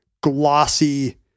glossy